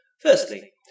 Firstly